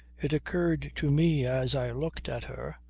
it occurred to me as i looked at her,